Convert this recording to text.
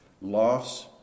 Loss